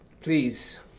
please